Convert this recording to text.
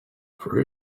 for